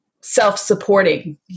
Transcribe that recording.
self-supporting